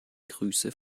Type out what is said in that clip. grüße